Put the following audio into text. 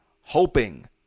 hoping